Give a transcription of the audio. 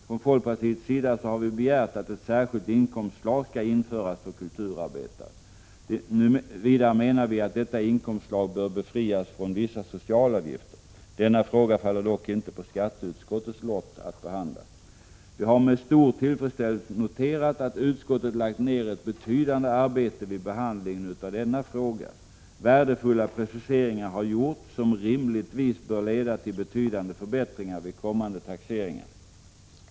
Från folkpartiets sida har vi begärt att ett särskilt inkomstslag skall införas för kulturarbetare. Vidare menar vi att detta inkomstslag bör befrias från vissa socialavgifter. Denna fråga faller dock inte på skatteutskottets lott att behandla. Vi har med stor tillfredsställelse noterat att utskottet lagt ned ett betydande arbete vid behandlingen av denna fråga. Värdefulla preciseringar har gjorts som rimligtvis borde leda till betydande förbättringar vid kommande taxeringar.